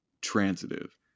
transitive